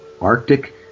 Arctic